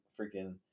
freaking